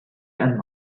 and